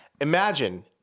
Imagine